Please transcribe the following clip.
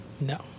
No